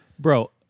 Bro